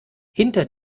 hinter